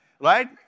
right